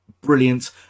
brilliant